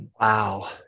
Wow